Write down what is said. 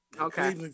okay